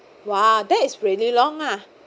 !wow! that's really long ah